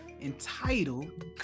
entitled